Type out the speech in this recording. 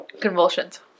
Convulsions